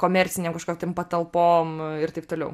komercinėm kažkokiom ten patalpom ir taip toliau